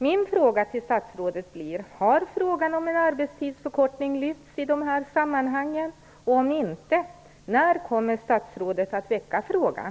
Min fråga till statsrådet blir: Har frågan om en arbetstidsförkortning lyfts i de här sammanhangen och, om inte, när kommer statsrådet att väcka frågan?